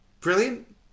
Brilliant